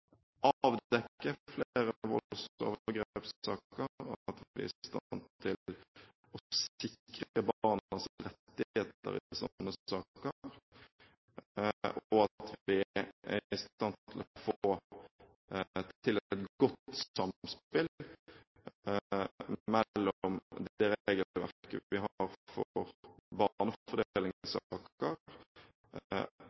avdekke flere voldsovergrepssaker, at vi er i stand til å sikre barnas rettigheter i slike saker, og at vi er i stand til å få til et godt samspill mellom det regelverket vi har for barnefordelingssaker, og det regelverket vi har for